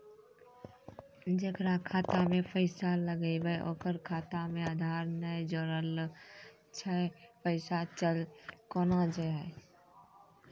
जेकरा खाता मैं पैसा लगेबे ओकर खाता मे आधार ने जोड़लऽ छै पैसा चल कोना जाए?